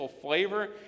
flavor